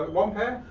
one pair?